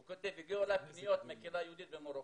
הוא כותב ' הגיעו אלי פניות מהקהילה היהודית במרוקו,